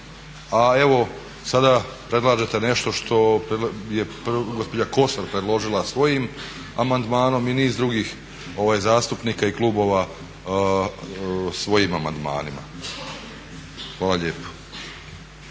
a evo sada predlažete nešto što je gospođa Kosor predložila svojim amandmanom i niz drugih zastupnika i klubova svojim amandmanima. Hvala lijepo.